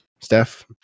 Steph